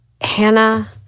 Hannah